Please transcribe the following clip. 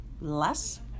less